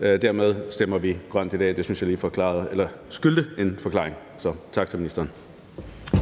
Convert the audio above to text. dermed stemmer vi grønt i dag. Det syntes jeg lige krævede en forklaring. Så tak til ministeren.